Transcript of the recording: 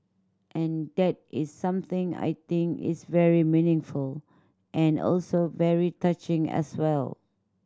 and that is something I think is very meaningful and also very touching as well